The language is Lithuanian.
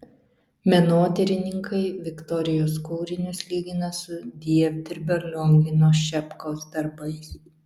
menotyrininkai viktorijos kūrinius lygina su dievdirbio liongino šepkos darbais